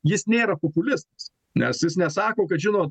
jis nėra populistas nes jis nesako kad žino